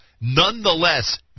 nonetheless